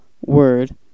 Word